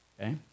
okay